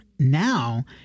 Now